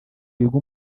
biga